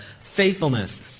faithfulness